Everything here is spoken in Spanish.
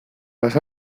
las